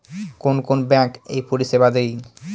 কোন কোন ব্যাঙ্ক এই পরিষেবা দেয়?